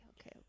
Okay